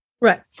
right